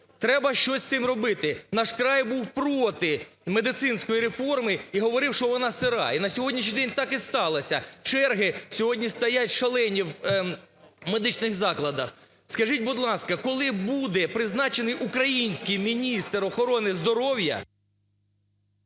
Треба щось з цим робити! "Наш край" був проти медицинської реформи і говорив, що вона сира, і на сьогоднішній день так і сталося: черги сьогодні стоять шалені в медичних закладах. Скажіть, будь ласка, коли буде призначений український міністр охорони здоров'я?